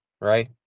right